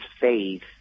faith